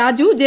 Raju J